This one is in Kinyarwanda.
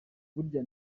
burya